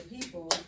people